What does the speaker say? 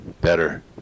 better